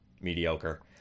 mediocre